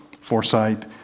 foresight